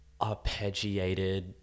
arpeggiated